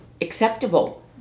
acceptable